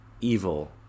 evil